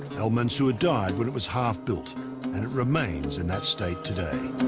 al mansour died when it was half-built and it remains in that state today.